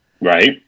Right